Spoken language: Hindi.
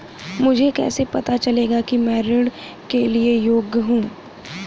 मुझे कैसे पता चलेगा कि मैं ऋण के लिए योग्य हूँ?